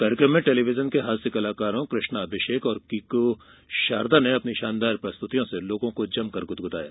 कार्यक्रम में टेलीविजन के हास्य कलाकारों कृष्णा अभिषेक और कीकू षारदा ने अपनी षानदार प्रस्तुतियों से लोगों को जमकर गुदगुदाया